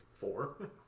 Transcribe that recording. Four